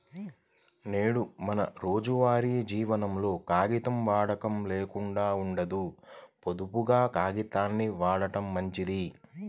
నేడు మన రోజువారీ జీవనంలో కాగితం వాడకం లేకుండా ఉండదు, పొదుపుగా కాగితాల్ని వాడటం మంచిది